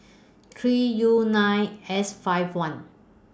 three U nine S five one